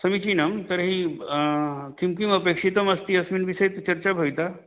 समीचीनं तर्हि किं किम् अपेक्षितम् अस्ति अस्मिन् विषये चर्चा भविता